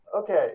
okay